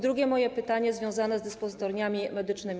Drugie moje pytanie jest związane z dyspozytorniami medycznymi.